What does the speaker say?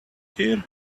here